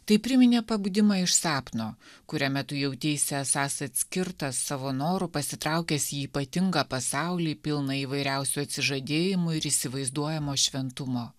tai priminė pabudimą iš sapno kuriame tu jauteisi esąs atskirtas savo noru pasitraukęs į ypatingą pasaulį pilną įvairiausių atsižadėjimų ir įsivaizduojamo šventumo